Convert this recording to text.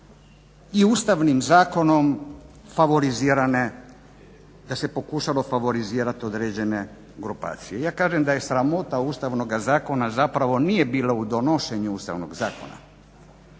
i ustavnim zakonom favorizirane, da se pokušalo favorizirat određene grupacije. Ja kažem da sramota ustavnoga zakona zapravo nije bila u donošenju ustavnog zakona